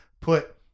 put